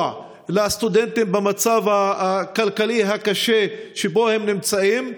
לסטודנטים במצב הכלכלי הקשה שבו הם נמצאים.